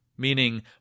meaning